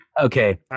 Okay